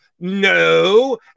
No